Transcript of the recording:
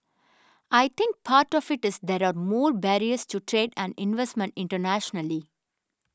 I think part of it is there are more barriers to trade and investment internationally